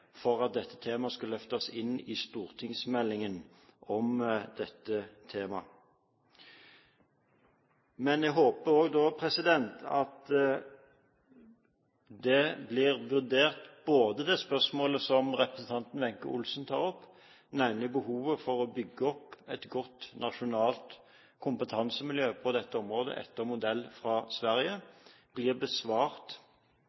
for å få løftet dette temaet inn i stortingsmeldingen om ruspolitikken. Jeg håper at det spørsmålet som representanten Wenche Olsen tar opp – nemlig om behovet for å bygge opp et godt nasjonalt kompetansemiljø på dette området etter modell fra